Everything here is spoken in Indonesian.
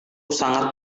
sangat